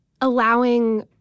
allowing